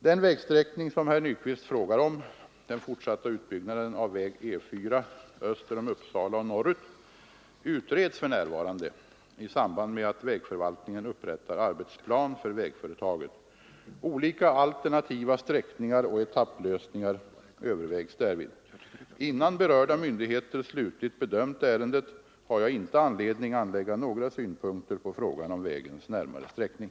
Den vägsträckning som herr Nyquist frågar om — den fortsatta utbyggnaden av väg E4 öster om Uppsala och norrut — utreds för närvarande i samband med att vägförvaltningen upprättar arbetsplan för vägföretaget. Olika alternativa sträckningar och etapplösningar övervägs därvid. Innan berörda myndigheter slutligt bedömt ärendet, har jag inte anledning anlägga några synpunkter på frågan om vägens närmare sträckning.